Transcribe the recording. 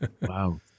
Wow